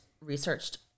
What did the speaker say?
researched